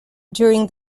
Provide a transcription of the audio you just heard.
during